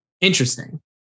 Interesting